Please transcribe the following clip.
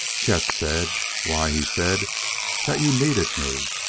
chet said why, he said that you needed me